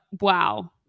wow